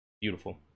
beautiful